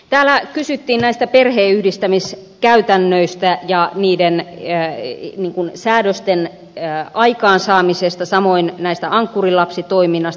täällä kysyttiin perheenyhdistämiskäytännöistä ja niiden säädösten aikaansaamisesta samoin ankkurilapsitoiminnasta